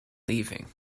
leaving